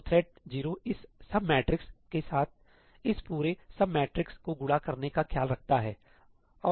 तो थ्रेड0 इस सब मैट्रिक्सके साथ इस पूरे सब मैट्रिक्स को गुणा करने का ख्याल रखता है